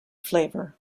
flavor